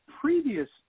previous